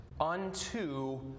unto